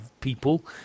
people